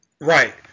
Right